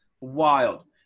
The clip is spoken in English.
wild